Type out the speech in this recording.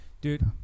Dude